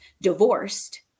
divorced